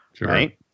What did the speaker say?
Right